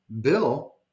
bill